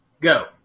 Go